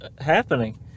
happening